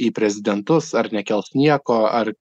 į prezidentus ar nekels nieko ar